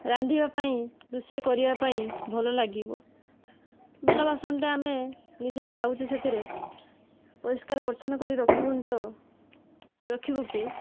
ରାନ୍ଧିବା ପାଇଁ ରୁଷେଇ କରିବା ପାଇଁ ଭଲ ଲାଗିବ ବେଲା ବାସନଟା ଆମେ ନିଜେ ଖାଉଛେ ସେଥିରେ ପରିଷ୍କାର ପରିଚ୍ଛନ କରି କରିବୁନି ତ ରଖିବ କିଏ